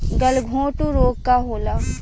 गलघोंटु रोग का होला?